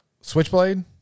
switchblade